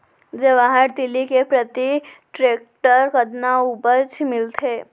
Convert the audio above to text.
जवाहर तिलि के प्रति हेक्टेयर कतना उपज मिलथे?